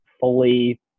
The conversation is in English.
fully